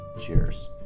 cheers